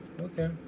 Okay